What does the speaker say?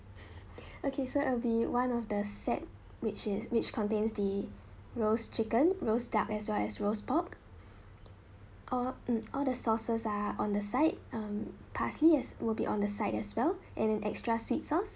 okay so it will be one of the set which is which contains the roast chicken roast duck as well as roast pork all mm all the sauces are on the side um parsley as will be on the side as well and an extra sweet sauce